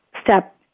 step